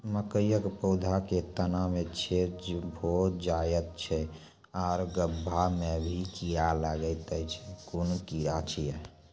मकयक पौधा के तना मे छेद भो जायत छै आर गभ्भा मे भी कीड़ा लागतै छै कून कीड़ा छियै?